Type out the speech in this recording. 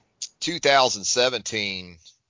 2017